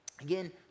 Again